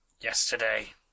yesterday